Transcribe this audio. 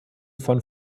von